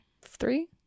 three